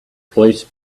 police